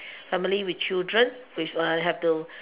family with children with have to